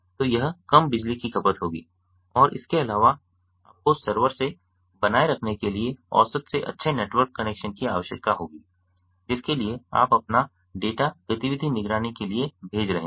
तो यह कम बिजली की खपत होगी और इसके अलावा आपको सर्वर से बनाए रखने के लिए औसत से अच्छे नेटवर्क कनेक्शन की आवश्यकता होगी जिसके लिए आप अपना डेटा गतिविधि निगरानी के लिए भेज रहे हैं